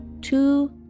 two